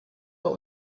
what